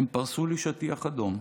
הם פרסו לי שטיח אדום,